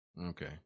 Okay